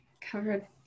Covered